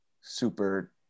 super